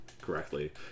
correctly